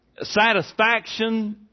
satisfaction